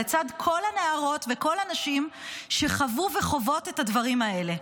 לצד כל הנערות וכל הנשים שחוו וחוות את הדברים האלה.